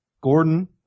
Gordon